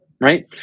right